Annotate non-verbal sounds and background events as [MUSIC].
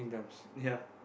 [LAUGHS] ya